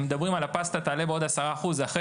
הם מדברים על זה שהפסטה תעלה בעוד 10%.." זה אחרי